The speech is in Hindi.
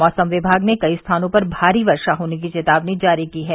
मौसम विभाग ने कई स्थानों पर भारी वर्षा होने की चेतावनी जारी की है